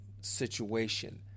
situation